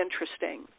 interesting